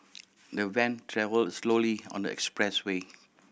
the van travelled slowly on the expressway